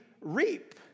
reap